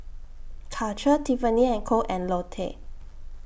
Karcher Tiffany and Co and Lotte